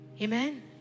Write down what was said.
Amen